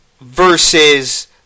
versus